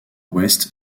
ouest